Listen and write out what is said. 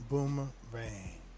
Boomerang